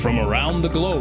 trail around the globe